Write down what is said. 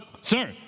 sir